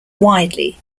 widely